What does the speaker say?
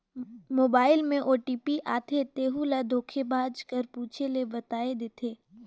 mobile में OTP आथे तेहू ल धोखेबाज कर पूछे ले बताए देथे